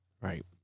Right